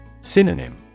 Synonym